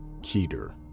Keter